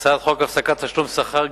הצעת חוק הפסקת תשלום שכר,